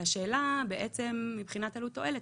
והשאלה היא שאלת עלות-תועלת,